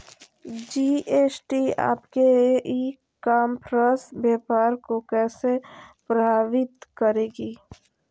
GST आपके e commerce व्यापार को कैसे प्रभावित करेगी?